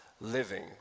living